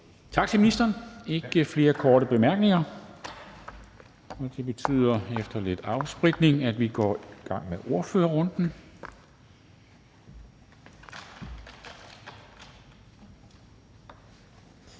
Tak til ministeren. Der er ikke flere korte bemærkninger, og det betyder efter lidt afspritning, at vi går i gang med ordførerrunden. Fru